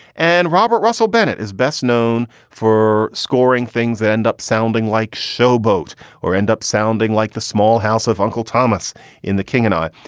and robert russell bennett is best known for scoring. things end up sounding like showboat or end up sounding like the small house of uncle thomas in the king and i.